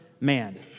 man